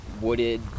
wooded